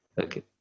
Okay